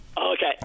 Okay